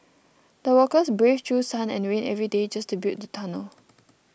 the workers braved through sun and rain every day just to build the tunnel